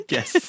Yes